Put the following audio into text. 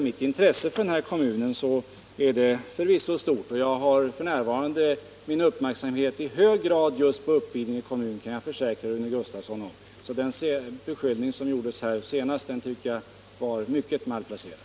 Mitt intresse för den här kommunen är förvisso stort, och jag har f. n. min uppmärksamhet i hög grad fäst på Uppvidinge kommun. Det kan jag försäkra Rune Gustavsson om, varför den beskyllning som senast gjordes här enligt min mening var mycket malplacerad.